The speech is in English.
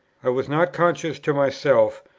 i was not conscious to myself,